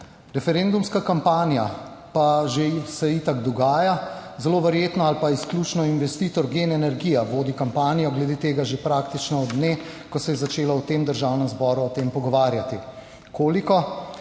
Referendumska kampanja pa že se itak dogaja, zelo verjetno ali pa izključno investitor GEN energija vodi kampanjo glede tega že praktično od dne, ko se je začelo v tem Državnem zboru o tem pogovarjati.